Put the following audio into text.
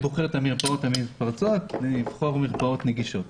לבחור מרפאות נגישות.